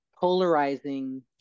polarizing